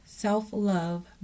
Self-love